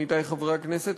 עמיתי חברי הכנסת,